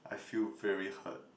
I feel very hurt